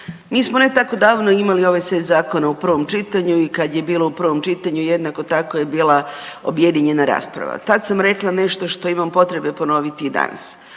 Mi smo ne tako davno imali ovaj set zakona u prvom čitanju i kad je bilo u prvom čitanju jednako tako je bila objedinjena rasprava. Tad sam rekla nešto što imam potrebe ponoviti i danas.